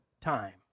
time